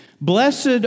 Blessed